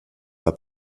war